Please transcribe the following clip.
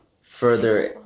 further